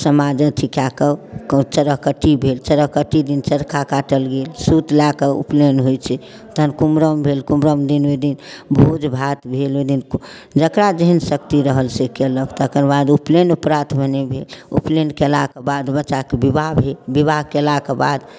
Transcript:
समाज अथी कए कऽ चरहकट्टी भेल चरहकट्टी दिन चरखा काटल गेल सूत लए कऽ उपनयन होइ छै तहन कुमरम भेल कुमरम दिन ओहि दिन भोज भात भेल ओहि दिन जकरा जेहेन शक्ति रहल से केलक तकरबाद उपनयन प्रात भेने भेल उपनयन केलाके बाद बच्चाके विवाह भेल विवाह केलाके बाद